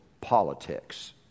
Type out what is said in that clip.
politics